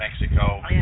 Mexico